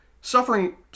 suffering